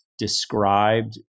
described